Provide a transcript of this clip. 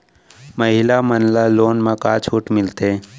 महिला मन ला लोन मा का छूट मिलथे?